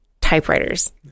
typewriters